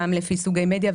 גם לפי סוגי מדיה,